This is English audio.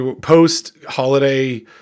post-holiday